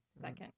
second